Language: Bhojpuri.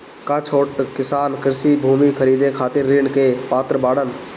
का छोट किसान कृषि भूमि खरीदे खातिर ऋण के पात्र बाडन?